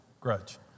grudge